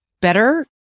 better